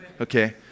okay